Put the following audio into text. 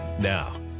Now